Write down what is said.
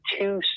two